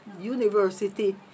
university